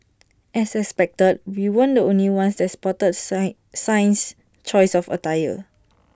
as expected we weren't the only ones that spotted sign Singh's choice of attire